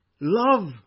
love